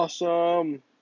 awesome